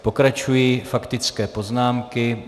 Pokračují faktické poznámky.